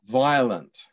violent